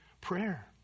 prayer